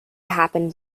happened